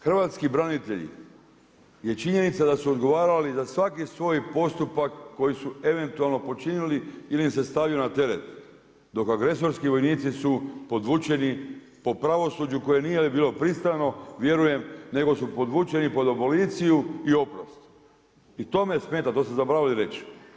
Hrvatski branitelji je činjenica da su odgovarali za svaki svoj postupak koji su eventualno počinili ili im se stavio na teret dok agresorski vojnici su podvučeni po pravosuđu koje nije bilo pristrano vjerujem nego su podvučeni pod aboliciju i oprost i to me smeta to sam zaboravio reći.